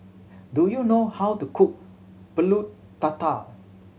do you know how to cook Pulut Tatal